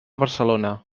barcelona